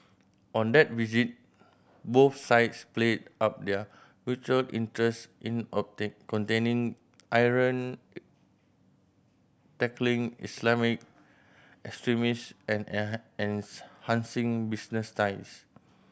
on that visit both sides played up their mutual interests in containing Iran tackling Islamic extremists and business ties